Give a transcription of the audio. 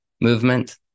movement